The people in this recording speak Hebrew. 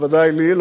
בוודאי לי,